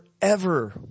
forever